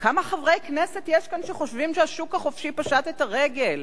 כמה חברי כנסת יש כאן שחושבים שהשוק החופשי פשט את הרגל?